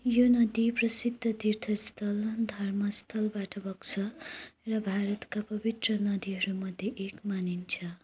यो नदी प्रसिद्ध तीर्थस्थल धर्मस्थलबाट बग्छ र भारतका पवित्र नदीहरूमध्ये एक मानिन्छ